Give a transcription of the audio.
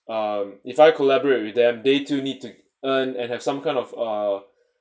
um if I collaborate with them they too need to earn and have some kind of a